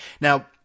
Now